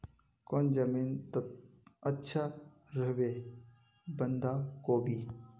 कौन जमीन टत अच्छा रोहबे बंधाकोबी?